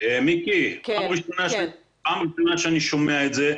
פעם ראשונה שאני שומע את זה.